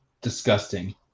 disgusting